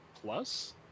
plus